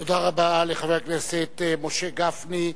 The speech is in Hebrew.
תודה רבה לחבר הכנסת משה גפני.